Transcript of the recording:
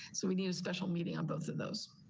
so we need a special meeting on both of those.